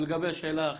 ולגבי השאלה השנייה?